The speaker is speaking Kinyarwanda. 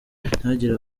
ntihagire